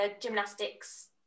gymnastics